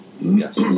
Yes